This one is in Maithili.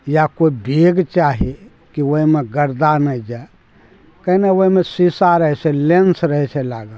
या कोइ बेग चाही कि ओहिमे गर्दा नहि जै कै लऽ ओहिमे सीसा रहै छै लेंस रहै छै लागल